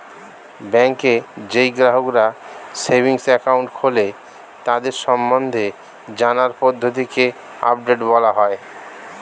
ব্যাংকে যেই গ্রাহকরা সেভিংস একাউন্ট খোলে তাদের সম্বন্ধে জানার পদ্ধতিকে আপডেট বলা হয়